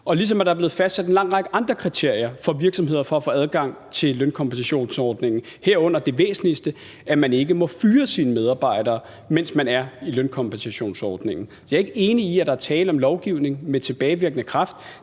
ligesom der er blevet fastsat en lang række andre kriterier for virksomheder for at få adgang til lønkompensationsordningen, herunder det væsentligste, at man ikke må fyre sine medarbejdere, mens man er i lønkompensationsordningen. Jeg er ikke enig i, at der er tale om lovgivning med tilbagevirkende kraft.